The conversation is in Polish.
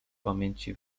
pamięci